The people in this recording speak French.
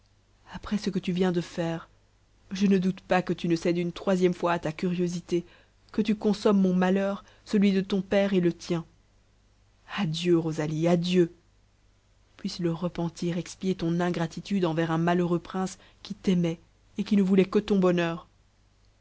après ce que tu viens de faire je ne doute pas que tu ne cèdes une troisième fois à ta curiosité que tu consommes mon malheur celui de ton père et le tien adieu rosalie adieu puisse le repentir expier ton ingratitude envers un malheureux prince qui t'aimait et qui ne voulait que ton bonheur